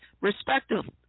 respectively